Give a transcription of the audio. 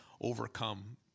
overcome